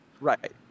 Right